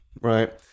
right